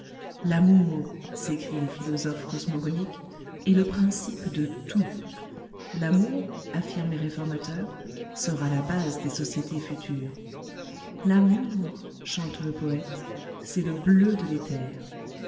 l'amour s'écrient les philosophes cosmogoniques est le principe de tout l'amour affirment les réformateurs sera la base des sociétés futures l'amour chante le poète c'est le bleu de